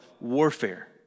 warfare